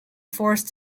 force